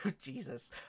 Jesus